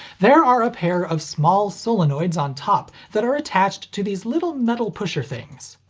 there are a pair of small solenoids on top that are attached to these little metal pusher things.